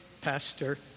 Pastor